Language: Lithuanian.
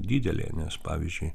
didelė nes pavyzdžiui